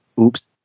Oops